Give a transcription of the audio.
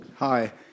Hi